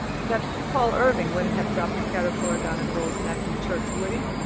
that paul irving wouldn't have dropped a caterpillar down a girl's neck in church, would he?